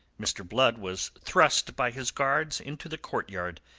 mr. blood was thrust by his guards into the courtyard,